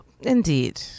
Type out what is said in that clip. Indeed